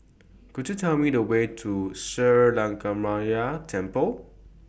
Could YOU Tell Me The Way to Sri Lankaramaya Temple